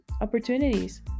Opportunities